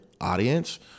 audience